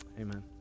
amen